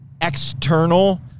external